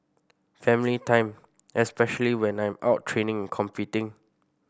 family time especially when I'm out training and competing